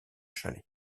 chalet